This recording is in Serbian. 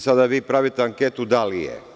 Sada vi pravite anketu - da li je.